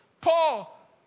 Paul